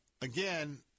again